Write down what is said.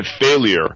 failure